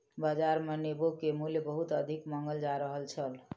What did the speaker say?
बाजार मे नेबो के मूल्य बहुत अधिक मांगल जा रहल छल